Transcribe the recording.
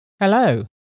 Hello